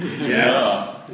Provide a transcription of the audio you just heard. Yes